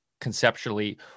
conceptually